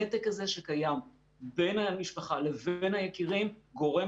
הנתק הזה שקיים שבין המשפחה לבין היקירים גורם